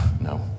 no